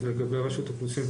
אז לגבי רשות האוכלוסין,